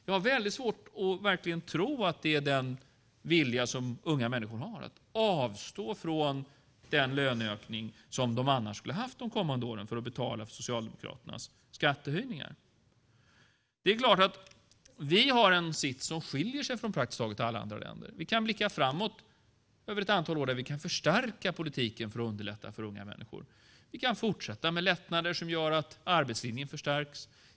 Jag har svårt att tro att unga människor har viljan att avstå från den löneökning de skulle ha haft de kommande åren för att betala för Socialdemokraternas skattehöjningar. Vi har en sits som skiljer sig från praktiskt taget alla andra länder. Vi kan blicka framåt över ett antal år där vi kan förstärka politiken för att underlätta för unga människor. Vi kan fortsätta med lättnader som gör att arbetslinjen förstärks.